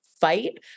fight